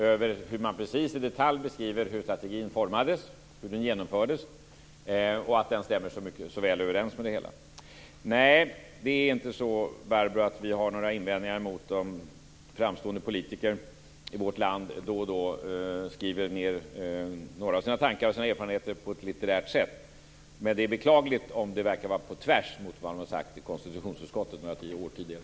Man beskriver precis i detalj hur strategin formades och genomfördes, och det stämmer väl överens. Nej, det är inte så, Barbro Hietala Nordlund, att vi har några invändningar mot att framstående politiker i vårt land då och då skriver ned några av sina tankar och erfarenheter på ett litterärt sätt, men det är beklagligt om det verkar vara på tvärs mot vad man har sagt i konstitutionsutskottet några år tidigare.